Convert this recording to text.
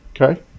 Okay